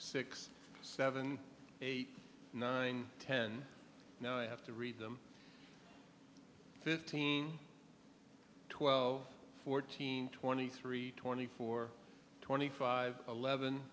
six seven eight nine ten now i have to read them fifteen twelve fourteen twenty three twenty four twenty five eleven